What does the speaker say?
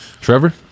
Trevor